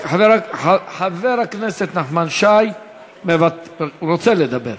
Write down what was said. חבר הכנסת נחמן שי רוצה לדבר.